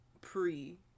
pre